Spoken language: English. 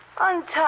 Untie